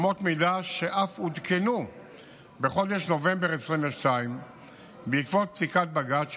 אמות מידה שאף עודכנו בחודש נובמבר 2022 בעקבות פסיקת בג"ץ שקבעה,